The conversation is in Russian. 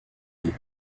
детей